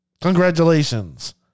Congratulations